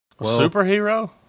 Superhero